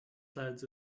clouds